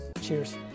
Cheers